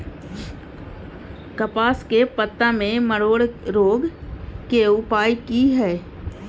कपास के पत्ता में मरोड़ रोग के उपाय की हय?